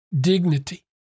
dignity